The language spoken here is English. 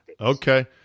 okay